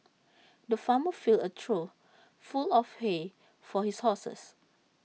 the farmer filled A trough full of hay for his horses